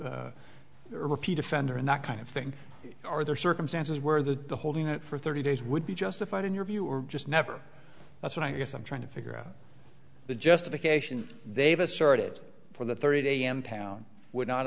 a repeat offender and that kind of thing are there circumstances where that the holding it for thirty days would be justified in your view or just never that's what i guess i'm trying to figure out the justification they've asserted for the thirty day impound would not